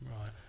Right